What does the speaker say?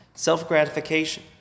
Self-gratification